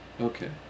Okay